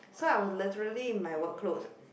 so I was literally in my work clothes